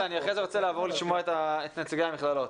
ואחרי זה אני רוצה לעבור לנציגי המכללות.